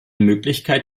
möglichkeit